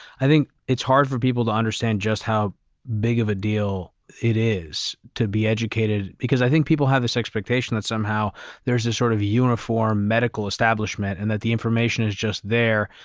i think it's hard for people to understand just how big of a deal it is to be educated because i think people have this expectation that somehow there's this sort of uniform medical establishment and that the information is just there.